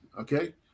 Okay